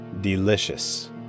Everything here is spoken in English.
delicious